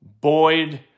Boyd